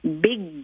big